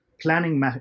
planning